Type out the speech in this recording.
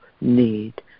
need